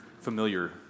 familiar